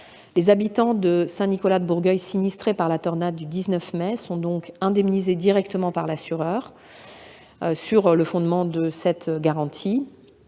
Les habitants de Saint-Nicolas-de-Bourgueil sinistrés par la tornade du 19 mai dernier sont donc indemnisés directement par leur assureur sur le fondement de la garantie